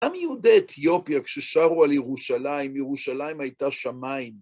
עם יהודי אתיופיה, כששרו על ירושלים, ירושלים הייתה שמיים.